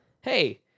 hey